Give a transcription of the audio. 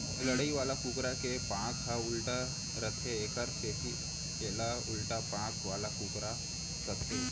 लड़ई वाला कुकरा के पांख ह उल्टा रथे एकर सेती एला उल्टा पांख वाला कुकरा कथें